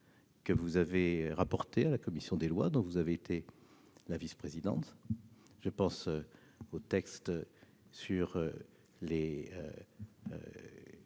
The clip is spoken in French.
que vous avez rapportés à la commission des lois, dont vous avez été la vice-présidente. Je pense à celui sur les